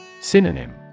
Synonym